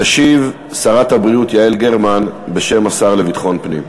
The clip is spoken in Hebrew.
תשיב שרת הבריאות יעל גרמן בשם השר לביטחון פנים.